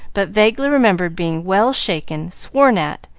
but vaguely remembered being well shaken, sworn at,